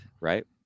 right